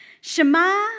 Shema